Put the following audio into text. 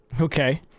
Okay